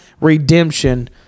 redemption